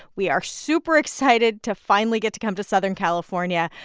we are super excited to finally get to come to southern california.